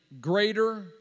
greater